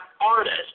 artist